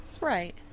Right